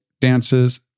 dances